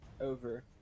Over